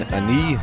Ani